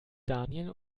daniel